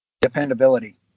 dependability